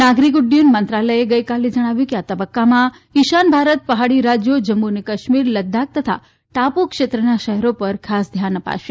નાગરીક ઉડૃયન મંત્રાલય ગઇકાલે જણાવ્યું કે આ તબકકામાં ઇશાન ભારત પહાડી રાજયો જમ્મુ અને કાશ્મીર લદાખ તથા ટાપુ ક્ષેત્રના શહેરો પર ખાસ ધ્યાન અપાશે